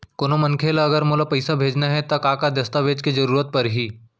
कोनो मनखे ला अगर मोला पइसा भेजना हे ता का का दस्तावेज के जरूरत परही??